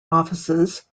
offices